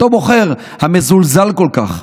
אותו בוחר המזולזל כל כך.